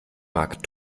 mag